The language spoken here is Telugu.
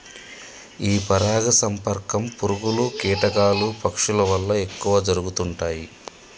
ఈ పరాగ సంపర్కం పురుగులు, కీటకాలు, పక్షుల వల్ల ఎక్కువ జరుగుతుంటాయి